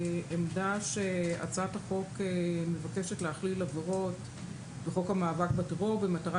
עמדה שהצעת החוק מבקשת להכליל עבירות בחוק המאבק בטרור במטרה